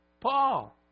Paul